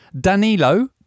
Danilo